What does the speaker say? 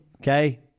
okay